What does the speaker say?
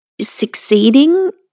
succeeding